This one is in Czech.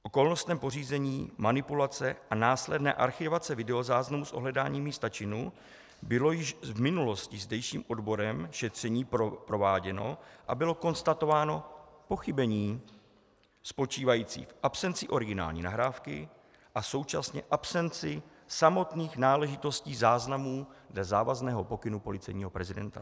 K okolnostem pořízení, manipulace a následné archivace videozáznamu z ohledání místa činu bylo již v minulosti zdejším odborem šetření prováděno a bylo konstatováno pochybení spočívající v absenci originální nahrávky a současně absenci samotných náležitostí záznamů dle závazného pokynu policejního prezidenta.